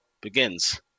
begins